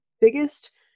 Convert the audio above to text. biggest